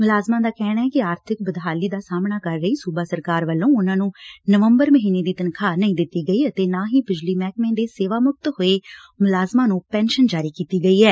ਮੁਲਾਜ਼ਮਾਂ ਦਾ ਕਹਿਣੈ ਕਿ ਆਰਬਿਕ ਬਦਹਾਲੀ ਦਾ ਸਾਹਮਣਾ ਕਰ ਰਹੀ ਸੁਬਾ ਸਰਕਾਰ ਵੱਲੋਂ ਉਨਾਂ ਨੂੰ ਨਵੰਬਰ ਮਹੀਨੇ ਦੀ ਤਨਖਾਹ ਨਹੀਂ ਦਿੱਤੀ ਅਤੇ ਨਾ ਹੀ ਬਿਜਲੀ ਮਹਿਕਮੇ ਦੇ ਸੇਵਾ ਮੁਕਤ ਹੋਏ ਮੁਲਾਜ਼ਮਾ ਨੂੰ ਪੈਨਸ਼ਨ ਜਾਰੀ ਕੀਤੀ ਗਈ ਐ